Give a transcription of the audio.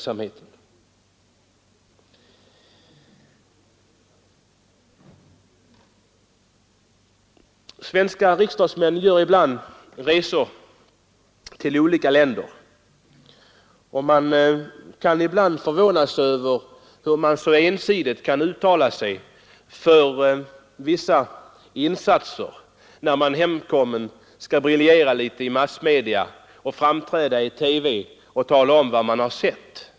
Svenska riksdagsmän gör då och då resor till olika länder, och man förvånar sig ibland över att de så ensidigt kan uttala sig för vissa insatser när de hemkomna skall briljera i massmedia och framträda i TV för att tala om vad de har sett.